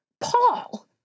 Paul